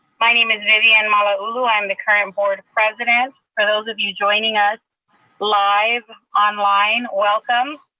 my name is vivian malauulu. i'm the current board president for those of you joining us live online, welcome.